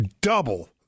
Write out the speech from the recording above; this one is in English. double